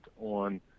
on